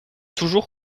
toujours